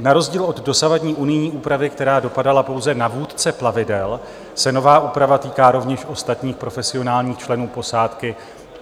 Na rozdíl od dosavadní unijní úpravy, která dopadala pouze na vůdce plavidel, se nová úprava týká rovněž ostatních profesionálních členů posádky